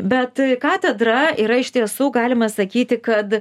bet katedra yra iš tiesų galima sakyti kad